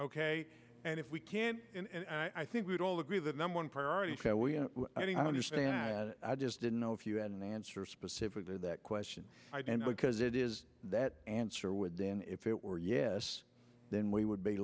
ok and if we can and i think we'd all agree that number one priority i just didn't know if you had an answer specific to that question and because it is that answer would then if it were yes then we would be